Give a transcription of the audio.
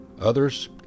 Others